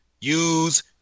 use